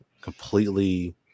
completely